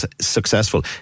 Successful